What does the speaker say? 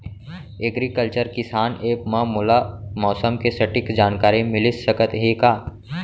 Agriculture किसान app मा मोला मौसम के सटीक जानकारी मिलिस सकत हे का?